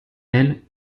elles